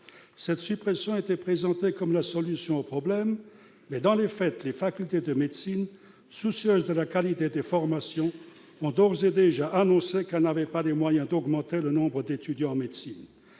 Cette suppression était présentée comme la solution au problème. Mais, dans les faits, les facultés de médecine, soucieuses de la qualité des formations, ont d'ores et déjà annoncé qu'elles n'avaient pas les moyens d'augmenter le nombre d'étudiants en médecine.